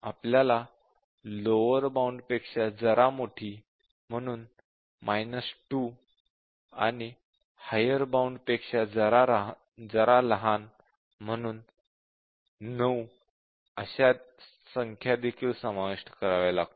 आपल्याला lower bound पेक्षा जरा मोठी म्हणून २ आणि हायर बॉउंड पेक्षा जरा लहान म्हणून ९ अशा संख्या देखील समाविष्ट कराव्या लागतील